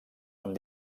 amb